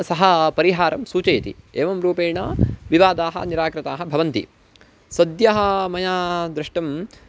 सः परिहारं सूचयति एवं रूपेण विवादाः निराकृताः भवन्ति सद्यः मया दृष्टम्